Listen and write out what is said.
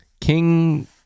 King